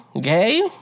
gay